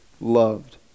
loved